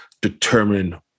determine